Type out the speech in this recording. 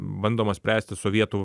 bandoma spręsti sovietų